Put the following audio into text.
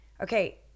Okay